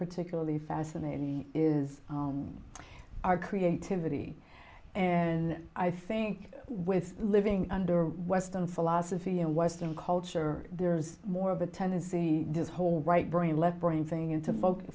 particularly fascinating is our creativity and i think with living under western philosophy and western culture there's more of a tendency to hold right brain left brain thing into focus